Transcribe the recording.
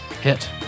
Hit